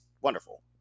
wonderful